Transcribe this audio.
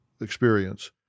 experience